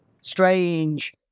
strange